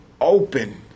open